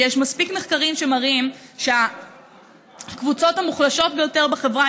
כי יש מספיק מחקרים שמראים שהקבוצות המוחלשות ביותר בחברה